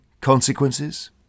consequences